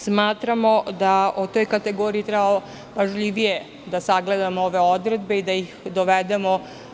Smatramo da o toj kategoriji treba pažljivije da sagledamo ove odredbe i da ih dovedemo…